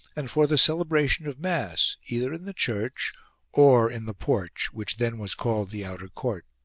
and for the celebration of mass either in the church or in the porch which then was called the outer court.